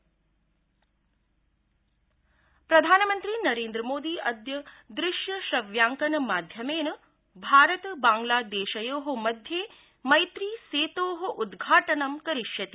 मोदी सेत् प्रधानमंत्री नरेन्द्र मोदी अद्य दृश्यश्रव्यांकन माध्यमेन भारत बांग्लादेशयो मध्ये मैत्री सेतो उद्घाटनं करिष्यति